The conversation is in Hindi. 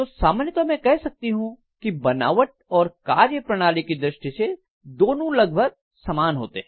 तो सामान्य मैं कह सकती हूं की बनावट और कार्यप्रणाली की दृष्टि से दोनों लगभग समान होते हैं